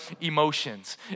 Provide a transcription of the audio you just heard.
emotions